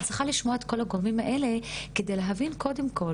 אני צריכה לשמוע את כל הגורמים האלה על מנת להבין בעצם